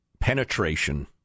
Penetration